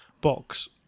box